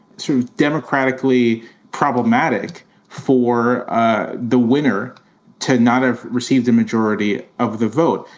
sort of, democratically problematic for ah the winner to not have received the majority of the vote.